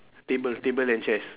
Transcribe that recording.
table table and chairs